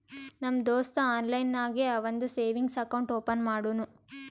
ನಮ್ ದೋಸ್ತ ಆನ್ಲೈನ್ ನಾಗೆ ಅವಂದು ಸೇವಿಂಗ್ಸ್ ಅಕೌಂಟ್ ಓಪನ್ ಮಾಡುನೂ